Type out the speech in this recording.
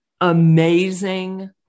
amazing